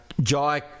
Jai